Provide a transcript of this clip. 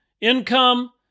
Income